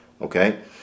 Okay